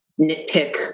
nitpick